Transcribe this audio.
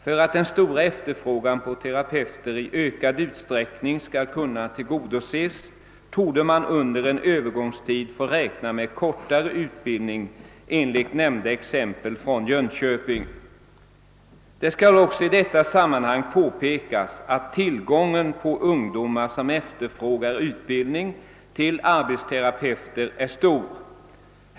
För att den stora efterfrågan på terapeuter i ökad utsträckning skall kunna tillgodoses torde man under en övergångstid få räkna med sådan kortare utbildning som man ansökt om att få anordna i Jönköping. Det skall också i detta sammanhang påpekas att tillgången på ungdomar som efterfrågar utbildning till arbetsterapeuter är stor.